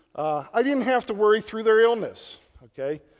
i didn't have to worry through their illness, ok?